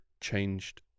changed